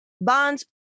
bonds